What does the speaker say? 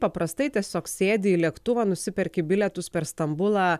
paprastai tiesiog sėdi į lėktuvą nusiperki bilietus per stambulą